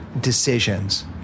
decisions